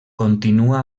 continua